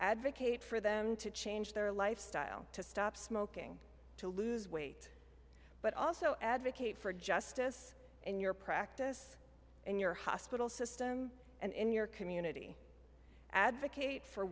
advocate for them to change their lifestyle to stop smoking to lose weight but also advocate for justice in your practice in your hospital system and in your community advocate for